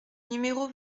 numéro